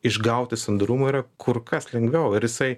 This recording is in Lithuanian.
išgauti sandarumo yra kur kas lengviau ir jisai